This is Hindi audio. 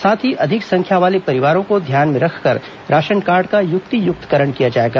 साथ ही अधिक संख्या वाले परिवारों को ध्यान में रखकर राशन कार्ड का युक्तियुक्तकरण किया जाएगा